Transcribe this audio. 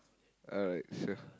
alright so